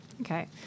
Okay